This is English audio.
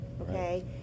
okay